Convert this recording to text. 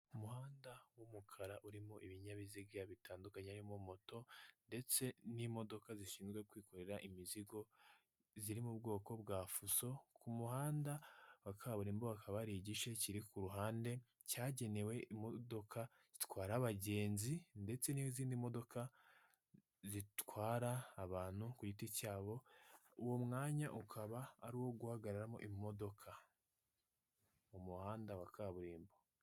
Umuhanda w'umukara urimo ibinyabiziga bitandukanyerimo moto ndetse n'imodoka zishinzwe kwikorera imizigo ziri mu bwoko bwa fuso, ku muhanda wa kaburimbo hakaba hari igice kiri ku ruhande cyagenewe imodoka zitwara abagenzi ndetse n'izindi modoka zitwara abantu ku giti cyabo uwo mwanya ukaba ari uwo guhagararamo imodoka mumuhanda wa kaburimbo.